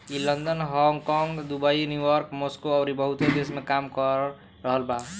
ई London, Hong Kong, Dubai, New York, Moscow अउरी बहुते देश में काम कर रहल बा